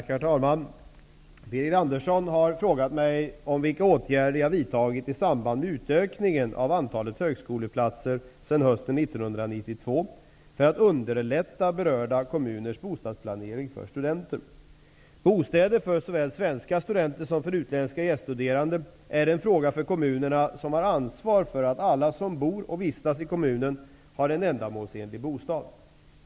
Herr talman! Birger Andersson har frågat mig vilka åtgärder jag vidtagit, i samband med utökningen av antalet högskoleplatser sedan hösten 1992, för att underlätta berörda kommuners bostadsplanering för studenter. Bostäder såväl för svenska studenter som för utländska gäststuderande är en fråga för kommunerna, som har ansvar för att alla som bor och vistas i kommunen har en ändamålsenlig bostad.